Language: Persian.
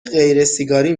غیرسیگاری